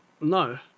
No